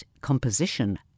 composition